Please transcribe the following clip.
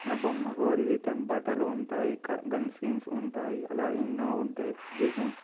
నా బొమ్మకు రిబితం బట్టలు ఉంటాయి గన్ సీన్స్ ఉంటాయి అలా ఎన్నో ఉంటాయి పబ్జిలో